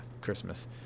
Christmas